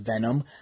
Venom